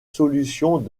solutions